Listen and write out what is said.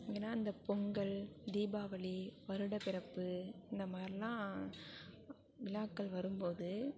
ஏன்னா அந்த பொங்கல் தீபாவளி வருட பிறப்பு இந்த மாரிலாம் விழாக்கள் வரும்போது